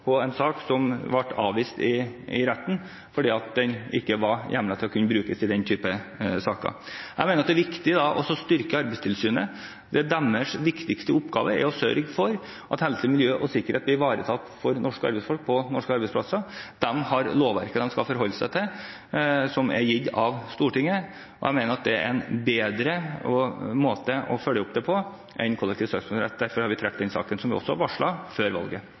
en sak som ble avvist i retten fordi den ikke var hjemlet til å kunne brukes i den type saker. Jeg mener det er viktig å styrke Arbeidstilsynet. Deres viktigste oppgave er å sørge for at helse, miljø og sikkerhet blir ivaretatt for norske arbeidsfolk på norske arbeidsplasser. De har lovverket de skal forholde seg til, som er gitt av Stortinget, og jeg mener at det er en bedre måte å følge det opp på enn ved kollektiv søksmålsrett. Derfor har vi trukket den saken, som vi også varslet før valget.